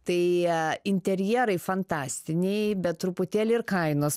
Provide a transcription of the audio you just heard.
tai interjerai fantastiniai bet truputėlį ir kainos